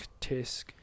tisk